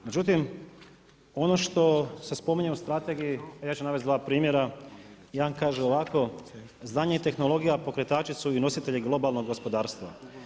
Međutim, ono što se spominje u strategiji a ja ću navesti dva pitanja, jedan kaže ovako, znanje i tehnologija pokretači su i nositelji globalnog gospodarstva.